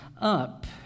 up